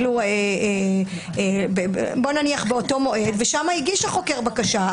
מועד, ושם הגיש החוקר בקשה.